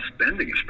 spending